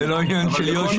אל תסמוך, זה לא עניין של יושר.